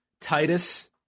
Titus